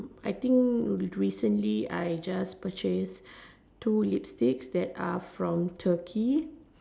I think recently I just purchased two lipsticks that are from turkey